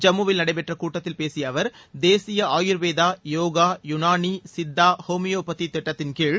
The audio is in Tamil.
ஜம்முவில் நடைபெற்ற கூட்டத்தில் பேசிய அவர் தேசிய ஆயுர்வேதா யோகா யுனானி சித்தா ஹோமியோபதி திட்டத்தின் கீழ்